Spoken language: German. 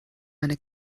eine